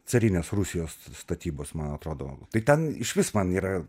carinės rusijos statybos man atrodo tai ten išvis man yra